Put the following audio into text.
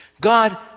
God